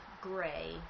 gray